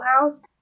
house